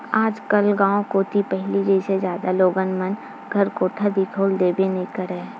आजकल गाँव कोती पहिली जइसे जादा लोगन मन घर कोठा दिखउल देबे नइ करय